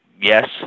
yes